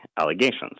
allegations